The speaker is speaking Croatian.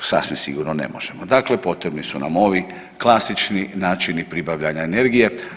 Sasvim sigurno ne možemo, dakle potrebni su nam ovi klasični načini pribavljanja energije.